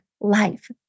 life